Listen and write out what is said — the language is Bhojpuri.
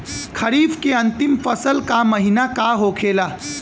खरीफ के अंतिम फसल का महीना का होखेला?